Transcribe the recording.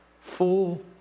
full